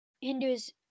Hindus